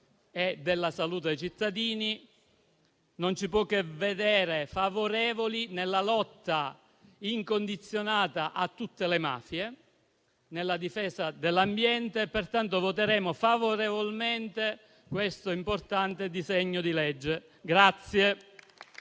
e della salute dei cittadini, quindi non possiamo che essere favorevoli alla lotta incondizionata a tutte le mafie, nella difesa dell'ambiente e pertanto voteremo a favore di questo importante disegno di legge.